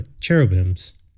cherubims